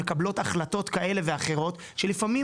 מקבלות החלטות כאלה ואחרות שלפעמים,